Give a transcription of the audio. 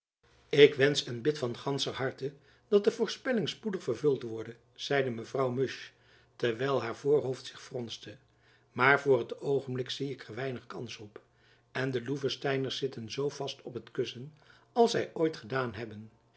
ik wensch en bid van gandscher harte dat de voorspelling spoedig vervuld worde zeide mevrouw musch terwijl haar voorhoofd zich fronste maar voor het oogenblik zie ik er weinig kans op en de loevesteiners zitten zoo vast op t kussen als zy ooit gedaan hebben